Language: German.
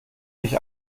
ich